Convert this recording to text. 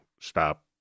stop